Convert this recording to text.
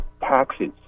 taxes